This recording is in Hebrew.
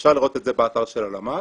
אפשר לראות את זה באתר של הלמ"ס.